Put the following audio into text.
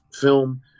film